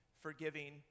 forgiving